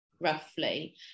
roughly